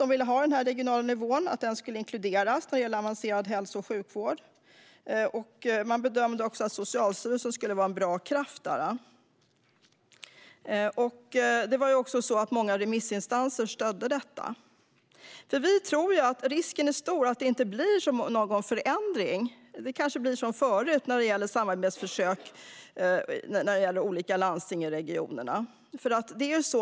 Man ville att den regionala nivån skulle inkluderas när det gäller avancerad hälso och sjukvård. Man bedömde också att Socialstyrelsen skulle vara en bra kraft där. Också många remissinstanser stödde det. Vi tror att det finns en stor risk för att det inte blir någon förändring. Det kanske blir som förut när det gäller samarbetsförsök mellan olika landsting i regionerna.